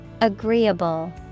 Agreeable